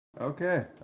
Okay